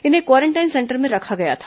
इन्हें quarantine centre में रखा गया था